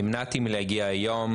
נמנעתי מלהגיע לדיון היום,